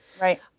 Right